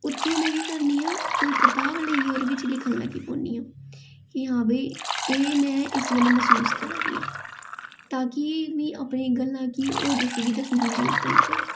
उत्थै में केह् करनियां कोई कताब लेइये ओह्दे बिच्च लिखन लगी पौनी हां भई एह् में इस लेई मसूस करानियां तां कि मिगी अपनी गल्लां गी किसे गी दस्सने दी जरूरत ना पवे